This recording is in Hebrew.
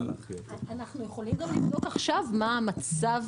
אנחנו יכולים גם לבדוק עכשיו מה המצב